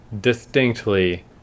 distinctly